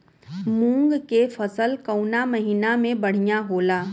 मुँग के फसल कउना महिना में बढ़ियां होला?